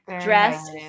dressed